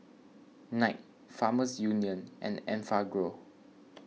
Knight Farmers Union and Enfagrow